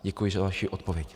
Děkuji za vaši odpověď.